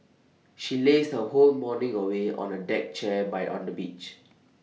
she lazed her whole morning away on A deck chair by on the beach